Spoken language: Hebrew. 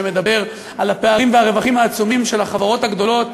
שמדבר על הפערים והרווחים העצומים של החברות הגדולות,